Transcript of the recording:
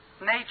nature